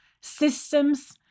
systems